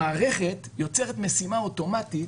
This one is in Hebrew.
המערכת יוצרת משימה אוטומטית.